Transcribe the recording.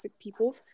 people